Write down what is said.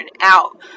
out